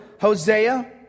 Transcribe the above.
Hosea